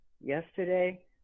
yesterday